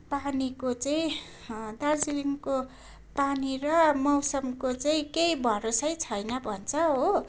पानीको चाहिँ दार्जिलिङको पानी र मौसमको चाहिँ केही भरोसै छैन भन्छ हो